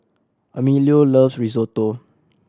Emilio loves Risotto